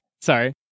sorry